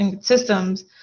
systems